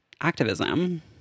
activism